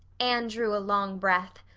anne drew a long breath.